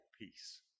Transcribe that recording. peace